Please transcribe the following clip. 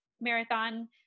marathon